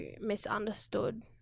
misunderstood